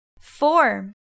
four